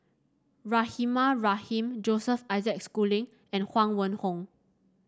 Rahimah Rahim Joseph Isaac Schooling and Huang Wenhong